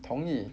同意